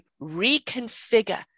reconfigure